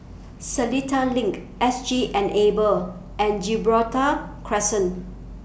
Seletar LINK S G Enable and Gibraltar Crescent